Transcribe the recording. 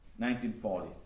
1940s